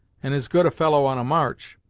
and as good a fellow on a march,